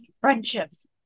friendships